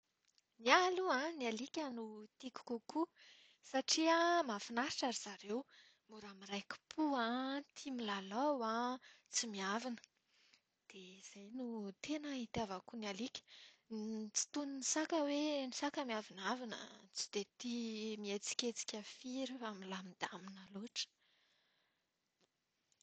Ny ahy aloha an, ny alika no tiako kokoa satria mahafinaritra ry zareo, mora miraki-po an, tia milalao an, tsy miavona. Dia izay no tena itiavako ny alika. Tsy toy ny saka hoe ny saka miavonavona, tsy dia mihetsiketsika firy fa milamindamina loatra.